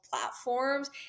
platforms